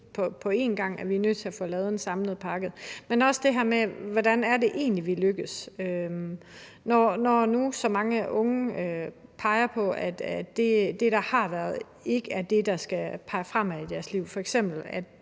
på en gang, at vi er nødt til at få lavet en samlet pakke, men også i forhold til det her med, hvordan det egentlig er, vi lykkes. Når nu så mange unge peger på, at det, der har været, ikke er det, der skal pege fremad i deres liv, f.eks.